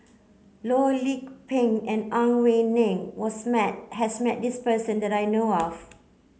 Loh Lik Peng and Ang Wei Neng was met has met this person that I know of